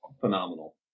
phenomenal